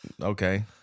okay